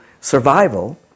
survival